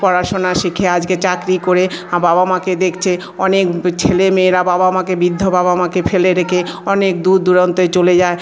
পড়াশোনা শিখে আজকে চাকরি করে বাবা মাকে দেখছে অনেক ছেলে মেয়েরা বাবা মাকে বৃদ্ধ বাবা মাকে ফেলে রেখে অনেক দূর দুরন্তে চলে যায়